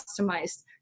customized